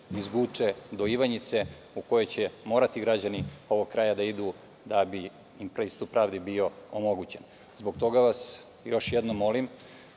iz Guče do Ivanjice u koju će građani ovog kraja morati da idu da bi im pristup pravdi bio omogućen. Zbog toga vas još jednom molim